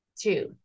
Two